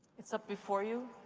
it's up before you.